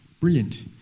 Brilliant